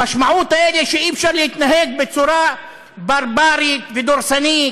המשמעות היא שאי-אפשר להתנהג בצורה ברברית ודורסנית